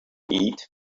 eat